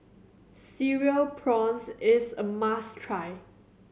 Cereal Prawns is a must try